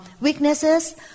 weaknesses